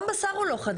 גם בשר הוא לא חדש.